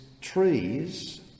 trees